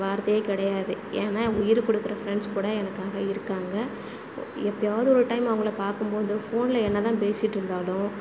வார்த்தையே கிடையாது ஏன்னால் உயிரை கொடுக்குற ஃப்ரண்ட்ஸ் கூட எனக்காக இருக்காங்க எப்போயாவது ஒரு டைம் அவங்கள பார்க்கும்போது ஃபோனில் என்னதான் பேசிகிட்டு இருந்தாலும்